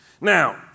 Now